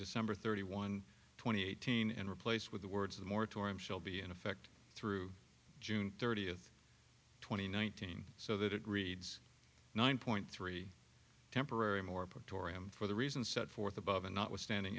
december thirty one twenty eighteen and replaced with the words the moratorium shall be in effect through june thirtieth twenty nineteen so that it reads nine point three temporary moratorium for the reasons set forth above and notwithstanding